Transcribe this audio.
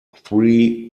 three